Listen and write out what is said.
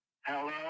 hello